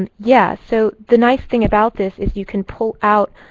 and yeah, so the nice thing about this is you can pull out,